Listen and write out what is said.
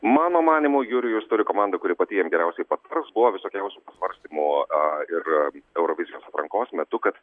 mano manymu jurijus turi komandą kuri pati jam geriausiai patars buvo visokiausių svarstymų ir eurovizijos atrankos metu kad